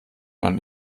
man